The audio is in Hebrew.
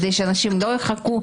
כדי שאנשים לא יחכו.